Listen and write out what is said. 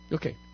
Okay